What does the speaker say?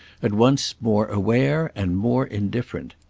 at once more aware and more indifferent.